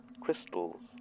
crystals